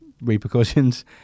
repercussions